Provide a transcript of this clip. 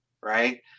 right